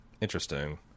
Interesting